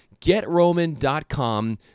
GetRoman.com